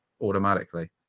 automatically